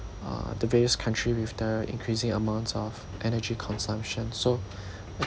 uh the various country with the increasing amounts of energy consumption so I